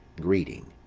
greeting.